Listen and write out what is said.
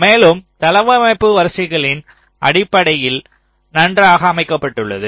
மேலும் தளவமைப்பு வரிசைகளின் அடிப்படையில் நன்றாக அமைக்கப்பட்டுள்ளது